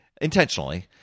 intentionally